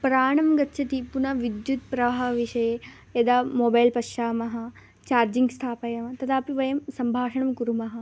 प्राणं गच्छति पुनः विद्युत् प्रवाहविषये यदा मोबैल् पश्यामः चार्चिङ् स्थापयामः तदापि वयं सम्भाषणं कुर्मः